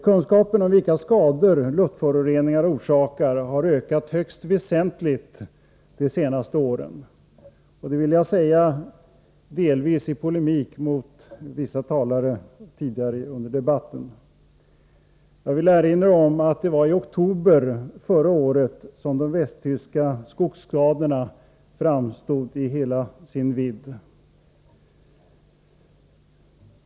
Kunskapen om vilka skador luftföroreningarna orsakar har ökat högst väsentligt de senaste åren — det vill jag säga delvis i polemik mot vissa av talarna tidigare under debatten. Jag vill erinra om att det var i oktober förra året som de västtyska skogsskadorna framstod i hela sin vidd.